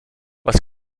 was